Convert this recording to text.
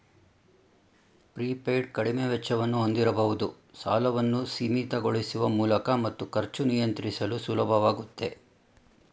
prepaid ಕಡಿಮೆ ವೆಚ್ಚವನ್ನು ಹೊಂದಿರಬಹುದು ಸಾಲವನ್ನು ಸೀಮಿತಗೊಳಿಸುವ ಮೂಲಕ ಮತ್ತು ಖರ್ಚು ನಿಯಂತ್ರಿಸಲು ಸುಲಭವಾಗುತ್ತೆ